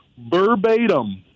Verbatim